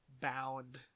bound